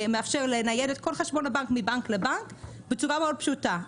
מאפשרת לנייד את כל חשבונות הבנק מבנק לבנק בצורה מאוד פשוטה.